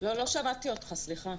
לא שמעתי אותך, סליחה.